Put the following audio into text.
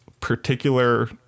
particular